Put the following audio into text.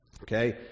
okay